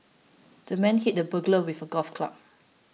the man hit the burglar with a golf club